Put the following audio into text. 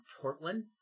Portland